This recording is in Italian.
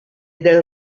del